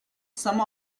some